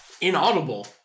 inaudible